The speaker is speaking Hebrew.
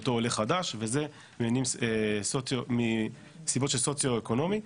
היותו עולה חדש וזה מסיבות של סוציואקונומי,